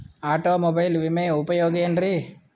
Automobile ವಿಮೆಯ ಉಪಯೋಗ ಏನ್ರೀ?